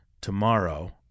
tomorrow